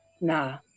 Nah